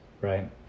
right